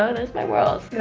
ah there's my world.